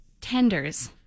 Tenders